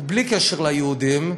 עוד בלי קשר ליהודים,